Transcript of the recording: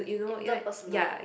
inter personal